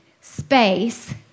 space